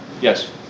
Yes